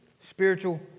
Spiritual